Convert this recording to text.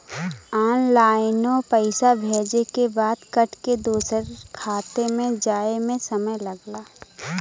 ऑनलाइनो पइसा भेजे के बाद कट के दूसर खाते मे जाए मे समय लगला